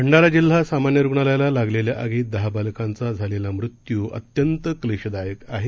भंडाराजिल्हासामान्यरुग्णालयालालागलेल्याआगीतदहाबालकांचाझालेलामृत्यूअत्यंतक्लेशदायकआहे